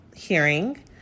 hearing